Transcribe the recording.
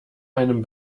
einem